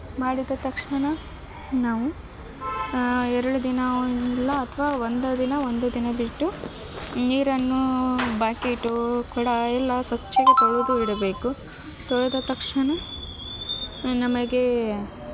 ಮಾಡಿದ ತಕ್ಷಣ ನಾವು ಎರಡು ದಿನ ಇಲ್ಲ ಅಥ್ವಾ ಒಂದು ದಿನ ಒಂದು ದಿನ ಬಿಟ್ಟು ನೀರನ್ನು ಬಕೇಟು ಕೊಡ ಎಲ್ಲ ಸ್ವಚ್ಛಗೆ ತೊಳೆದು ಇಡಬೇಕು ತೊಳೆದ ತಕ್ಷಣ ನಮಗೆ